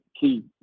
key